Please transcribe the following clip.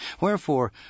Wherefore